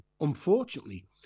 Unfortunately